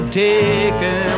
taken